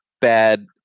bad